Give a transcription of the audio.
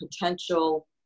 potential